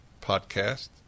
podcast